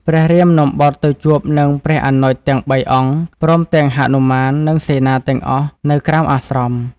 ព្រះរាមនាំបុត្រទៅជួបនឹងព្រះអនុជទាំងបីអង្គ ព្រមទាំងហនុមាននិងសេនាទាំងអស់នៅក្រៅអាស្រម។